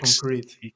concrete